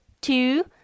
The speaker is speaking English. two